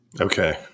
okay